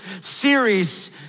series